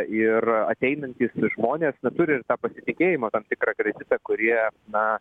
ir ateinantys žmonės na turi ir tą pasitikėjimo tam tikrą kreditą kurie na